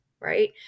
right